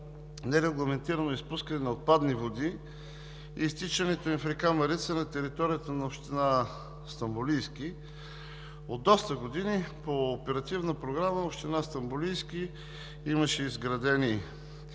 нерегламентирано изпускане на отпадни води и изтичането им в река Марица на територията на община Стамболийски. От доста години по Оперативна програма община Стамболийски имаше изградени